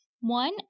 One